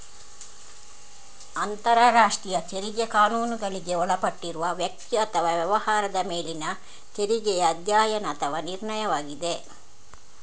ಅಂತರರಾಷ್ಟ್ರೀಯ ತೆರಿಗೆ ಕಾನೂನುಗಳಿಗೆ ಒಳಪಟ್ಟಿರುವ ವ್ಯಕ್ತಿ ಅಥವಾ ವ್ಯವಹಾರದ ಮೇಲಿನ ತೆರಿಗೆಯ ಅಧ್ಯಯನ ಅಥವಾ ನಿರ್ಣಯವಾಗಿದೆ